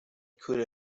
could